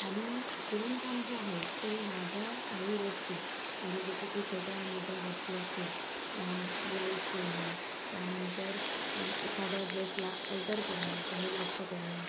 आणि शिवणकाम जे आहे ते मी माझ्या काही गोष्टी म्हणजे जसं की छोट्या मोठ्या गोष्टी असतील ब्लॉऊज शिवणं त्यानंतर एखाद्या ड्रेसला अल्टर करणं कमी जास्त करणं